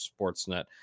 Sportsnet